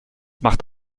macht